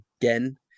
again